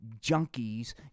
junkies